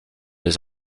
des